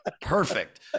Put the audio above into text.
perfect